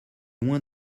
moins